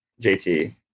JT